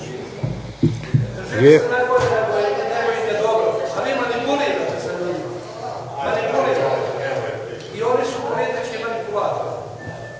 Hvala